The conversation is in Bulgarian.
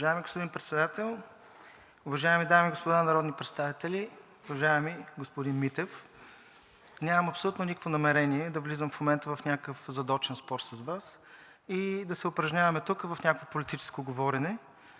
Уважаеми господин Председател, уважаеми дами и господа народни представители! Уважаеми господин Митев, нямам абсолютно никакво намерение да влизам в момента в някакъв задочен спор с Вас и да се упражняваме тук в някакво политическо говорене